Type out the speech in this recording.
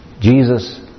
Jesus